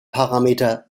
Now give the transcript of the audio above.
parameter